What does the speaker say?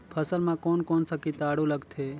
फसल मा कोन कोन सा कीटाणु लगथे?